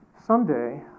someday